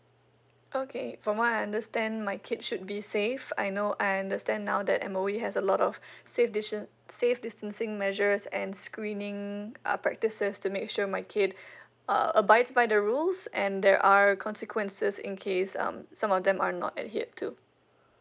okay from what I understand my kid should be safe I know I understand now that M_O_E has a lot of safe distance safe distancing measures and screening uh practices to make sure my kid uh abide by the rules and there are consequences in case um some of them are not adhered to